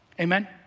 Amen